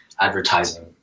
advertising